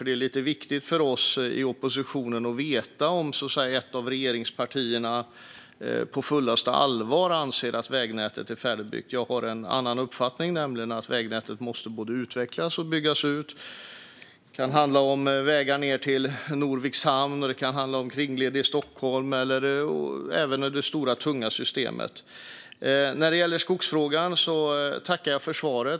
Det är lite viktigt för oss i oppositionen att veta om ett av regeringspartierna på fullaste allvar anser att vägnätet är färdigbyggt. Jag har en annan uppfattning, nämligen att vägnätet måste både utvecklas och byggas ut. Det kan handla om vägar ned till Norviks hamn, om kringleder i Stockholm eller om det stora, tunga systemet. När det gäller skogsfrågan tackar jag för svaret.